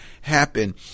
happen